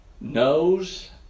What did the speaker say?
knows